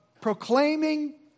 proclaiming